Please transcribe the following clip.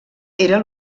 era